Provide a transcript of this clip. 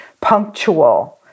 punctual